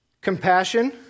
compassion